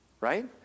right